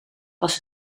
was